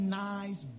nice